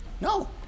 No